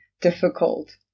difficult